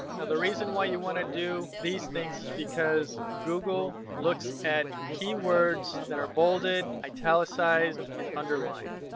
the reason why you want to do these things is because google looks at keywords that are bolded, italicized, and underlined.